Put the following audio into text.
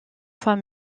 fois